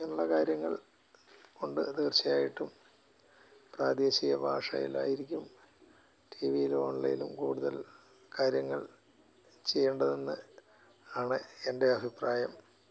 ഇങ്ങനെയുള്ള കാര്യങ്ങൾ കൊണ്ട് തീർച്ചയായിട്ടും പ്രാദേശിക ഭാഷയിലായിരിക്കും ടിവിയിലും ഓൺലൈനിലും കൂടുതൽ കാര്യങ്ങൾ ചെയ്യേണ്ടതെന്ന് ആണ് എൻ്റെ അഭിപ്രായം